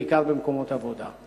בעיקר במקומות עבודה.